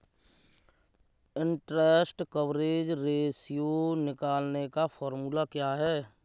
Interest coverage ratio निकालने का formula क्या है?